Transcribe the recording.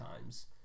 times